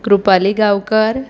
Krupali Gaonkar